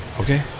Okay